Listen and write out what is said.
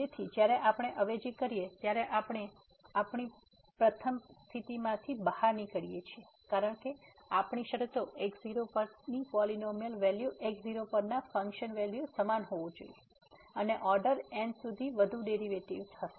તેથી જ્યારે આપણે અવેજી કરીએ ત્યારે આપણે આપણી પ્રથમ સ્થિતિમાંથી બહાર નીકળીએ છીએ કારણ કે આપણી શરતો x0 પરની પોલીનોમીઅલ વેલ્યુ x0પરના ફંકશન વેલ્યુ સમાન હોવું જોઈએ અને ઓર્ડર n સુધીના વધુ ડેરિવેટિવ્ઝ